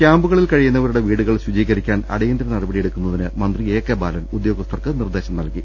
കൃാമ്പുകളിൽ കഴിയുന്നവരുടെ വീടുകൾ ശുചീകരിക്കാൻ അ ടിയന്തിര നടപടിയെടുക്കുന്നതിന് മന്ത്രി എ കെ ബാലൻ ഉദ്യോഗ സ്ഥർക്ക് നിർദേശം നൽകി